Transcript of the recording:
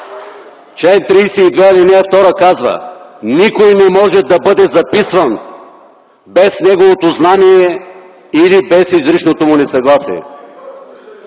Член 32, ал. 2 казва: никой не може да бъде записван без неговото знание или без изричното му несъгласие.